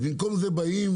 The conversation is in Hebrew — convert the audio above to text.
אז במקום זה באים,